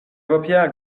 paupières